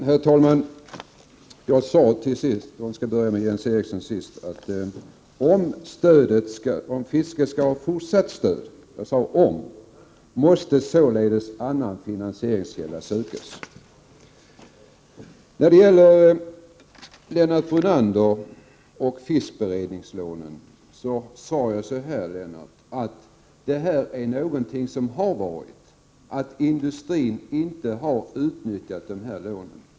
Herr talman! I slutet av mitt förra inlägg sade jag att om fisket skall ha fortsatt stöd — jag sade om — måste således annan finansieringskälla sökas. När det, Lennart Brunander, gäller fiskberedningslånen sade jag att vad som förevarit är att industrin inte har utnyttjat dessa lån.